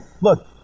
look